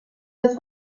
des